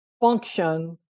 function